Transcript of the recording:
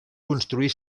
construir